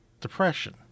depression